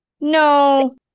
no